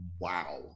Wow